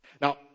Now